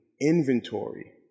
inventory